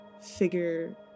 figure